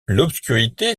l’obscurité